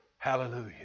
Hallelujah